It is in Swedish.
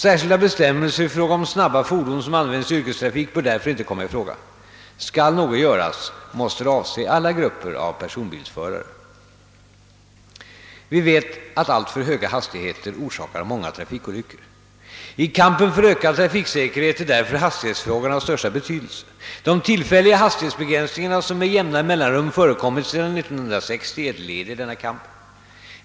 Särskilda bestämmelser i fråga om snabba fordon som används i yrkestrafik bör därför inte komma i fråga. Skall något göras måste det avse alla grupper personbilsförare. Vi vet att alltför höga hastigheter orsakar många trafikolyckor. I kampen för ökad trafiksäkerhet är därför hastighetsfrågan av största betydelse. De tillfälliga hastighetsbegränsningar som med jämna mellanrum förekommit sedan 1960 är ett led i denna kamp.